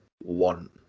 one